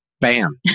Bam